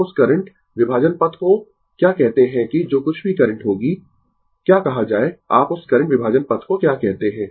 आप उस करंट विभाजन पथ को क्या कहते है कि जो कुछ भी करंट होगी क्या कहा जाय आप उस करंट विभाजन पथ को क्या कहते है